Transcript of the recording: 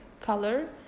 color